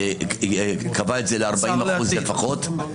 קבע את זה ל-40% לפחות.